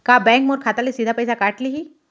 का बैंक मोर खाता ले सीधा पइसा काट लिही?